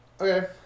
Okay